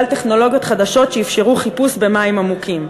טכנולוגיות חדשות שאפשרו חיפוש במים עמוקים.